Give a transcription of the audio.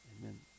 Amen